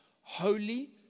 holy